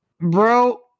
Bro